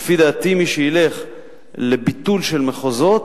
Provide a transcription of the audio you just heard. לפי דעתי, מי שילך לביטול של מחוזות,